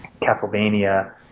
Castlevania